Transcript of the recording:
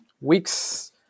weeks